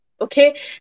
Okay